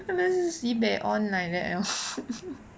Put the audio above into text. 他们是 sibei on like that lor